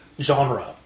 genre